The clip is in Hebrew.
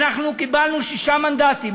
אנחנו קיבלנו שישה מנדטים,